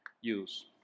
use